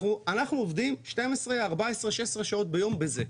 אנחנו עובדים 12, 14, 16 שעות ביום בזה.